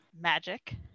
magic